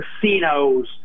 casinos